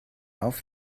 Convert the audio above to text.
auf